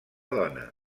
dona